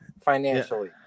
financially